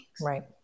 right